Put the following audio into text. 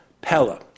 pella